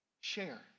Share